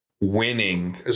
winning